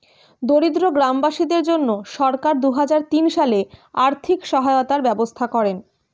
দরিদ্র গ্রামবাসীদের জন্য সরকার দুহাজার তিন সালে আর্থিক সহায়তার ব্যবস্থা করেন